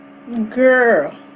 Girl